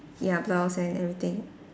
ya blouse and everything